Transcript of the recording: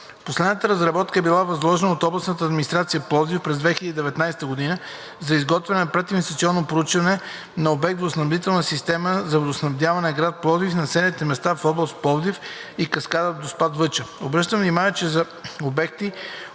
Последната разработка е била възложена от Областна администрация – Пловдив, през 2019 г. за изготвяне на прединвестиционно проучване за обект „Водоснабдителна система за водоснабдяване на град Пловдив и населени места от област Пловдив от каскада „Доспат – Въча“. Обръщам внимание, че за обекти